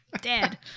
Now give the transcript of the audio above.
dead